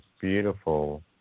beautiful